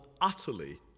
utterly